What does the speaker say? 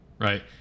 Right